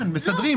כאן מסדרים.